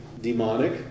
demonic